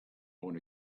own